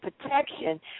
protection